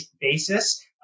basis